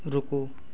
रुको